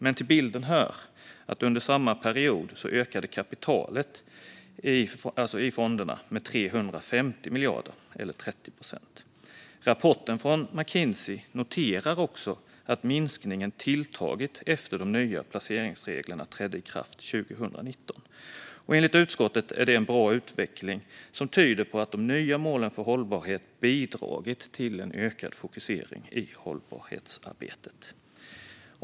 Men till bilden hör att under samma period ökade kapitalet i fonderna med 350 miljarder eller 30 procent. Rapporten från McKinsey noterar också att minskningen har tilltagit efter att de nya placeringsreglerna trädde i kraft 2019. Enligt utskottet är det en bra utveckling som tyder på att de nya målen för hållbarhet bidragit till en ökad fokusering på hållbarhetsarbetet.